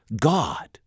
God